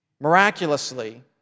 Miraculously